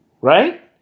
right